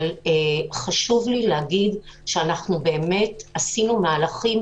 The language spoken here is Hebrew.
אבל חשוב לי להגיד שבאמת עשינו מהלכים